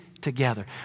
together